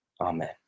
amen